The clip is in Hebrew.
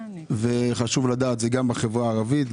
זה גם בחברה הערבית,